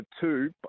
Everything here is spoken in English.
two